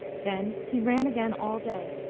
then he ran again all day.